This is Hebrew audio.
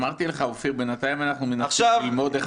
אמרתי לך, אופיר, בינתיים אנחנו מנסים ללמוד איך